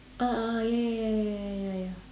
uh uh ya ya ya ya ya ya